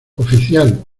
oficial